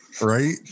Right